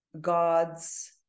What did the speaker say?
gods